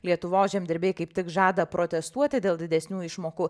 lietuvos žemdirbiai kaip tik žada protestuoti dėl didesnių išmokų